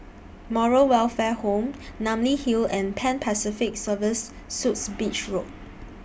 Moral Welfare Home Namly Hill and Pan Pacific Serviced Suites Beach Road